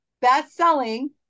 best-selling